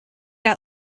got